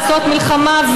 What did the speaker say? לעשות מלחמה,